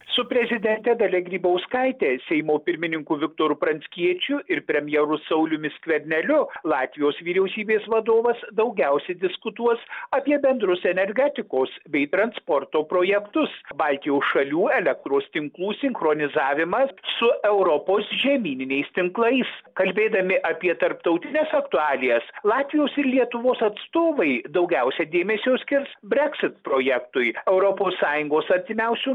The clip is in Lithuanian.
su prezidente dalia grybauskaite seimo pirmininku viktoru pranckiečiu ir premjeru sauliumi skverneliu latvijos vyriausybės vadovas daugiausiai diskutuos apie bendrus energetikos bei transporto projektus baltijos šalių elektros tinklų sinchronizavimas su europos žemyniniais tinklais kalbėdami apie tarptautines aktualijas latvijos ir lietuvos atstovai daugiausiai dėmesio skirs brexit projektui europos sąjungos artimiausių